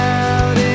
out